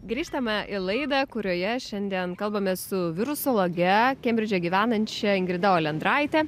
grįžtame į laidą kurioje šiandien kalbame su virusologe kembridže gyvenančia ingrida olendraite